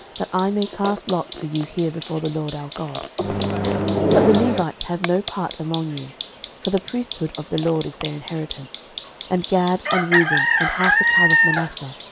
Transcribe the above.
that i may cast lots for you here before the lord our god but the levites have no part among you for the priesthood of the lord is their inheritance and gad, and reuben, and half the tribe of manasseh,